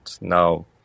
now